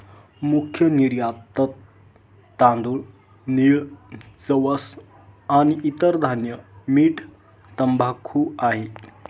मुख्य निर्यातत तांदूळ, नीळ, जवस आणि इतर धान्य, मीठ, तंबाखू आहे